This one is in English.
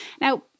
Now